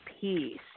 peace